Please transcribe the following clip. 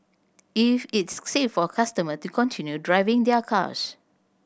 if it's safe for customer to continue driving their cars